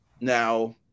now